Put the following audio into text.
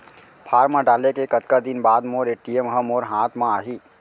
Form डाले के कतका दिन बाद मोर ए.टी.एम ह मोर हाथ म आही?